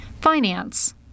Finance